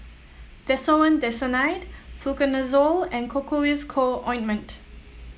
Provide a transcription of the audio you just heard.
Desowen Desonide Fluconazole and Cocois Co Ointment